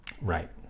Right